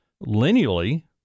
lineally